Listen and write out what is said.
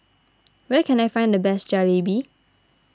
where can I find the best Jalebi